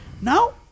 Now